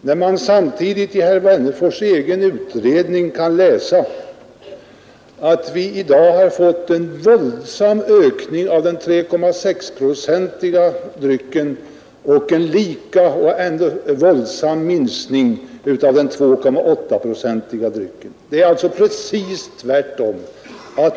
Samtidigt kan man i herr Wennerfors egen utredning läsa att vi i dag fått en våldsam ökning i konsumtionen av den 3,6-procentiga drycken och en lika eller nästan lika våldsam minskning av den 2,8-procentiga. Det är alltså precis tvärtom.